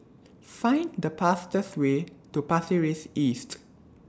Find The fastest Way to Pasir Ris East